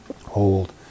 Hold